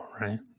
right